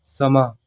ਸਮਾਂ